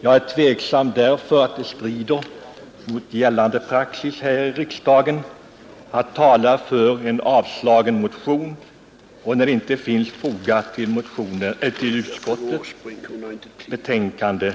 Jag är tveksam därför att det strider mot gällande praxis här i riksdagen att tala för en avstyrkt motion när det inte är fogad någon reservation vid utskottets betänkande.